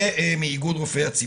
זה מאיגוד רופאי הציבור.